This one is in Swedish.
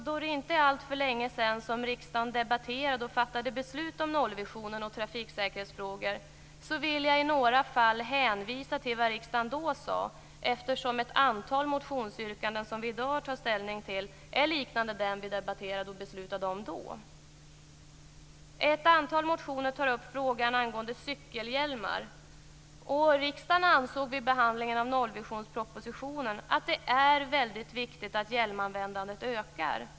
Då det inte är alltför länge sedan riksdagen debatterade och fattade beslut om nollvisionen och trafiksäkerhetsfrågor, vill jag i några fall hänvisa till vad riksdagen då sade eftersom ett antal av de motionsyrkanden vi i dag har att ta ställning till är liknande de vi debatterade och beslutade om vid det tillfället. I ett antal motioner tar man upp frågan angående cykelhjälmar. Riksdagen ansåg vid behandlingen av nollvisionspropositionen att det är mycket viktigt att hjälmanvändandet ökar.